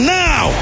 now